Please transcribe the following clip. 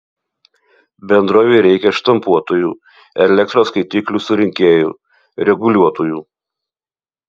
bendrovei reikia štampuotojų elektros skaitiklių surinkėjų reguliuotojų